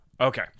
Okay